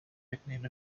nickname